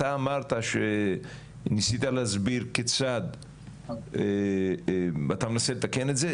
אתה אמרת שניסית להסביר כיצד אתה מנסה לתקן את זה,